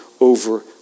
over